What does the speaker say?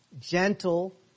gentle